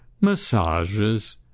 massages